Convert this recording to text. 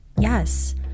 yes